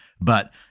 but-